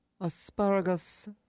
Asparagus